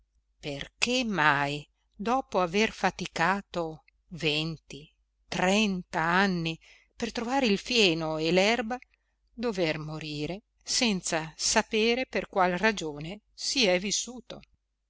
perchè mai dopo aver faticato venti trenta anni per trovare il fieno e l'erba dover morire senza sapere per qual ragione si è vissuto